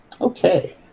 Okay